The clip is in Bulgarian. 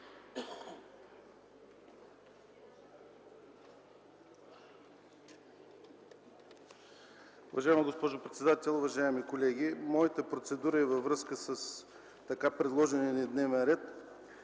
Уважаема госпожо председател, уважаеми колеги! Моята процедура е във връзка с така предложения ни дневен ред.